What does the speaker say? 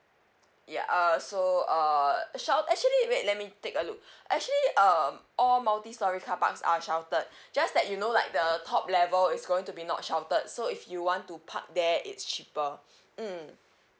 ya err so err shelt~ actually wait let me take a look actually um all multi storey carparks are sheltered just that you know like the top level is going to be not sheltered so if you want to park there it's cheaper mm